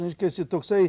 reiškiasi toksai